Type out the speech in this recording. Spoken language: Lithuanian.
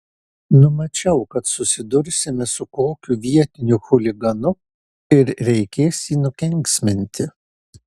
numačiau kad susidursime su kokiu vietiniu chuliganu ir reikės jį nukenksminti